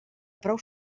prou